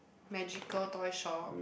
magical toy shop